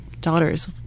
daughters